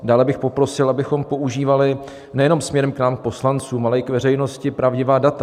Dále bych poprosil, abychom používali nejenom směrem k nám k poslancům, ale i k veřejnosti pravdivá data.